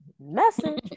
message